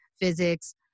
physics